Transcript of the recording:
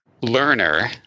learner